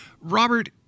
Robert